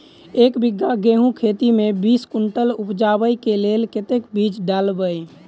एक बीघा गेंहूँ खेती मे बीस कुनटल उपजाबै केँ लेल कतेक बीज डालबै?